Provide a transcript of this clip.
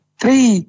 three